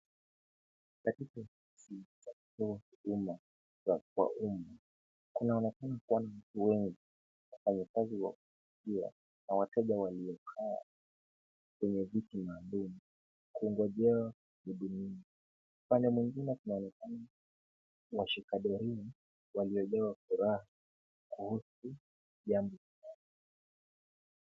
Katika ofisi za kutoa huduma kwa uma, kunaonekana kuwa na watu wengi, wafanyakazi wa Huduma na wateja waliokaa kwenye viti maalum kuongojea kuhudumiwa. Upade mwingine kunaonekana ni washika doria waliojaa furaha kuhusu jambo fulani.